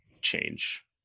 change